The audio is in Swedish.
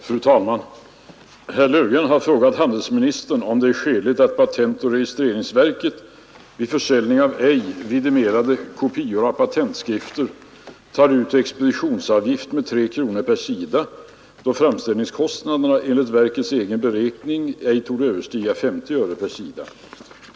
Fru talman! Herr Löfgren har frågat handelsministern om det är skäligt att patentoch registreringsverket vid försäljning av ej vidimerade kopior av patentskrifter tar ut expeditionsavgift med 3 kronor per sida, då framställningskostnaden enligt verkets egen beräkning i genomsnitt ej torde överstiga 50 öre per sida.